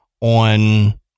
on